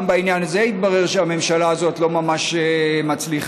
גם בעניין זה התברר שהממשלה הזאת לא ממש מצליחה.